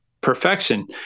perfection